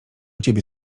ciebie